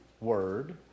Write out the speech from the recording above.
word